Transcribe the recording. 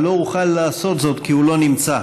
אבל לא אוכל לעשות זאת כי הוא לא נמצא.